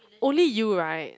only you right